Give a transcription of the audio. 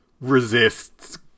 resists